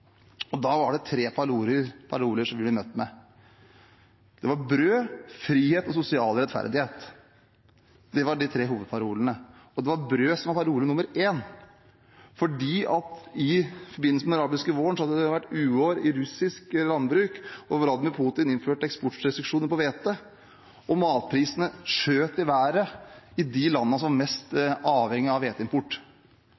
Da var det tre paroler vi ble møtt med: brød, frihet og sosial rettferdighet. Det var de tre hovedparolene. Og det var brød som var parole nr. 1, for i forbindelse med den arabiske våren hadde det vært uår i russisk landbruk. Vladimir Putin innførte eksportrestriksjoner på hvete, og matprisene skjøt i været i de landene som var mest